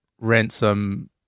Ransom